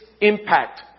impact